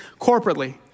corporately